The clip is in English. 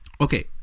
okay